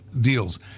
deals